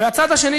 והצד השני,